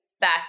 back